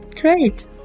great